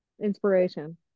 inspiration